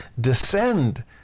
descend